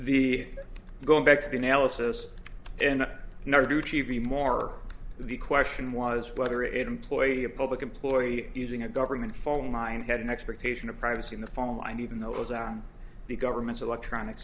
the going back to the analysis and not to do t v more the question was whether it employee a public employee using a government phone line had an expectation of privacy in the following line even though it was on the government's electronic